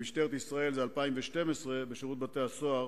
במשטרת ישראל זה 2012, בשירות בתי-הסוהר